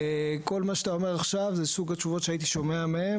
וכל מה שאתה אומר עכשיו זה סוג התשובות שהייתי שומע מהם,